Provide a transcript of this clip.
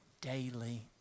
daily